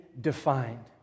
defined